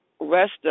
rest